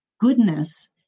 goodness